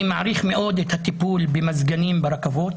אני מעריך מאוד את הטיפול במזגנים ברכבות,